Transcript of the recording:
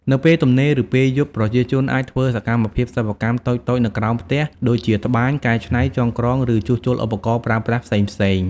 នៅពេលទំនេរ ឬពេលយប់ ប្រជាជនអាចធ្វើសកម្មភាពសិប្បកម្មតូចៗនៅក្រោមផ្ទះ ដូចជា ត្បាញ កែច្នៃ ចងក្រង ឬ ជួសជុលឧបករណ៍ប្រើប្រាស់ ផ្សេងៗ ។